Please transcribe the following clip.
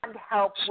help